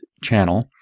channel